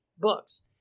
books